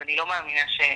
אז אני לא מאמינה שהם